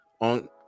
on